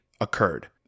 occurred